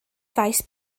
faes